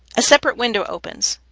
a separate window opens.